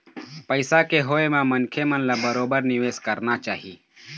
पइसा के होय म मनखे मन ल बरोबर निवेश करना चाही